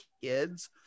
kids